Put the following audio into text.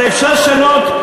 הרי אפשר לשנות,